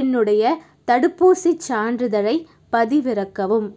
என்னுடைய தடுப்பூசிச் சான்றிதழைப் பதிவிறக்கவும்